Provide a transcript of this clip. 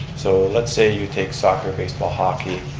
so, let's say you take soccer, baseball, hockey,